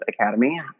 Academy